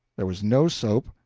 there was no soap,